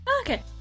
Okay